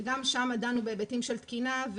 וגם שם דנו בהיבטים של תקינה,